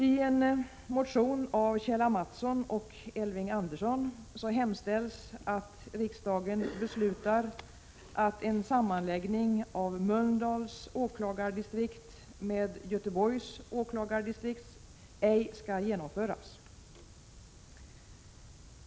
I en motion av Kjell A. Mattsson och Elving Andersson hemställs att riksdagen beslutar att en sammanläggning av Mölndals åklagardistrikt med Göteborgs åklagardistrikt ej skall genomföras.